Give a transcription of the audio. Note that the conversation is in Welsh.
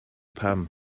pam